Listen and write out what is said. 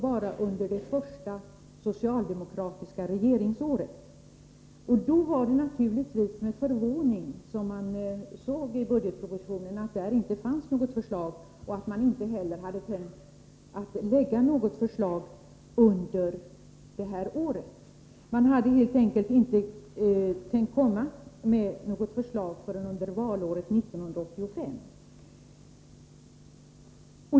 bara under det första socialdemokratiska regeringsåret. Därför var det naturligtvis med förvåning som jag såg att det i budgetpropositionen inte fanns något förslag. Inte heller aviserades det någon proposition under detta år. Regeringen hade helt enkelt inte tänkt lägga fram ett förslag förrän valåret 1985.